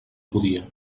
podia